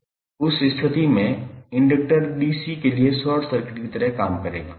उस स्थिति में इंडक्टर DC के लिए शॉर्ट सर्किट की तरह काम करेगा